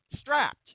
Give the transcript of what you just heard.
strapped